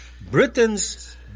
Britain's